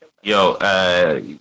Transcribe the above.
Yo